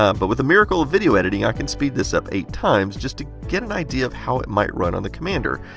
um but with the miracle of video editing i can speed this up eight times just to get an idea of how it might run on the commander.